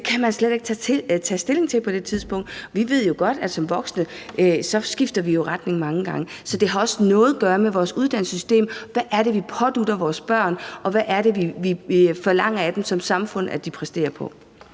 Det kan man slet ikke tage stilling til på det tidspunkt. Og vi ved jo godt, at som voksne skifter vi retning mange gange. Så det har også noget at gøre med vores uddannelsessystem: Hvad er det, vi pådutter vores børn, og hvad er det, vi som samfund forlanger af dem at de præsterer på?